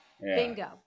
bingo